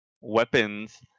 weapons